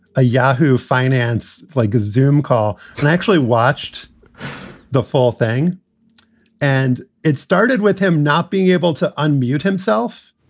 a yahoo finance like zoome call. i actually watched the fall thing and it started with him not being able to unmoved himself.